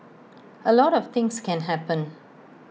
A lot of things can happen